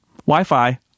Wi-Fi